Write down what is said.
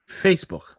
Facebook